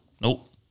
nope